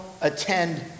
attend